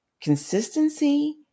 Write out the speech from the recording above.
Consistency